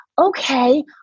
okay